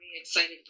excited